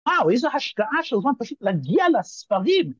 וואו איזו השקעה של זמן פשוט להגיע לספרים